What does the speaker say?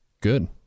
Good